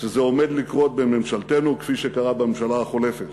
שזה עומד לקרות בממשלתנו, כפי שקרה בממשלה החולפת.